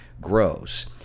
grows